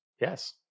Yes